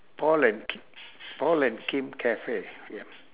paul and k~ paul and kim cafe ya